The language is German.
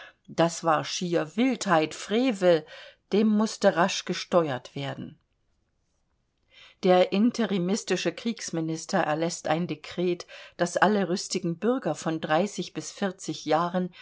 das war schier wildheit frevel dem mußte rasch gesteuert werden der interimistische kriegsminister erläßt ein dekret daß alle rüstigen bürger von dreißig bis vierzig jahren